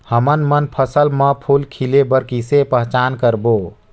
हमन मन फसल म फूल खिले बर किसे पहचान करबो?